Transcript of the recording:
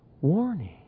warning